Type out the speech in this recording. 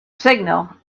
signal